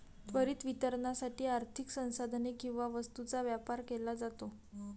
त्वरित वितरणासाठी आर्थिक संसाधने किंवा वस्तूंचा व्यापार केला जातो